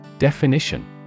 Definition